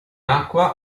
acqua